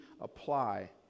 apply